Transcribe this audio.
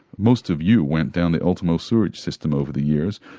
most of you went down the ultimo sewerage system over the years.